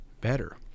better